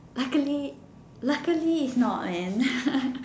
luckily luckily is not man